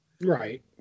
right